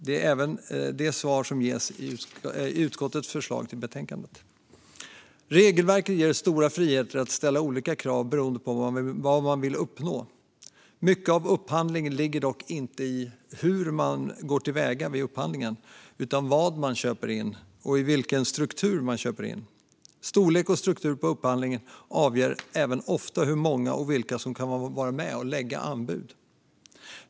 Det är även det svar som ges i utskottets förslag till betänkande. Regelverket ger stora friheter att ställa olika krav beroende på vad man vill uppnå. Mycket av upphandlingen ligger dock inte i hur man går till väga utan vad man köper in och i vilken struktur. Storleken och strukturen på upphandlingen avgör även ofta hur många och vilka som kan vara med och lägga anbud.